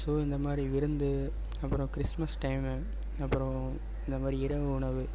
so இந்த மாதிரி விருந்து அப்புறோம் கிறிஸ்மஸ் டைமு அப்புறோம் இந்த மாதிரி இரவு உணவு